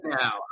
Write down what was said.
now